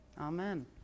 Amen